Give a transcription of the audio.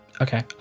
Okay